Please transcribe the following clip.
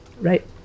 right